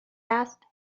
asked